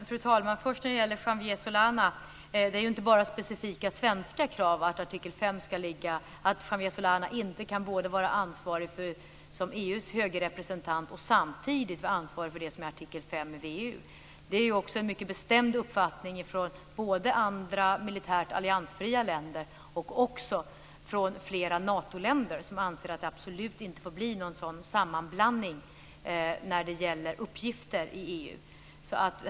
Fru talman! När det först gäller Javier Solana är det inte bara specifika svenska krav att han inte kan vara både ansvarig som EU:s höge representant och ansvarig för det som är artikel V i VEU. Det är också en mycket bestämd uppfattning från både andra militärt alliansfria länder och flera Natoländer, som anser att det absolut inte får bli någon sådan sammanblandning när det gäller uppgifter i EU.